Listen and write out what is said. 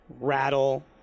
rattle